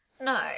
No